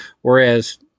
whereas